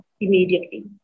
immediately